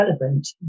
relevant